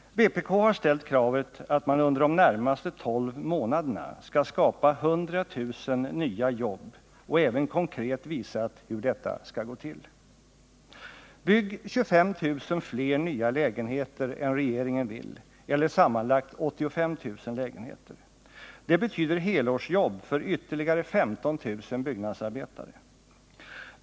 Vpk har ställt kravet att man under de närmaste tolv månaderna skall skapa 100 000 nya jobb och även konkret visat hur detta skall gå till. Bygg 25000 fler nya lägenheter än regeringen vill eller sammanlagt 85 000 lägenheter — det betyder helårsjobb åt ytterligare 15 000 byggnadsarbetare!